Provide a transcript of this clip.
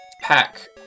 pack